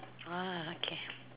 ah okay